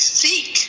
seek